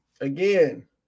Again